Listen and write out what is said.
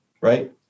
right